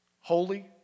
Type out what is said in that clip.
holy